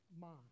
mind